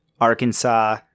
Arkansas